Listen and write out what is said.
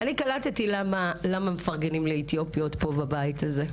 אני קלטתי למה מפרגנים לאתיופיות פה, בבית הזה.